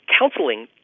counseling